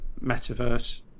metaverse